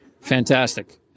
Fantastic